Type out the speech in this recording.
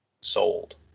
sold